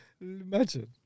Imagine